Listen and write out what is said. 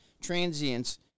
transients